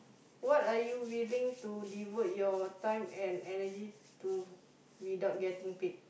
what are you willing to devote your time and energy to without getting paid